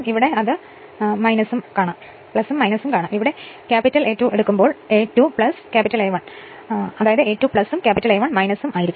ഇവിടെ മൂലധനം A 2 ഉം മൂലധനം A 1 ഉം ആണ്